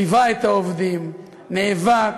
שליווה את העובדים, נאבק,